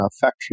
factory